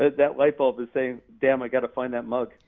that light bulb is saying, damn i gotta find that mug.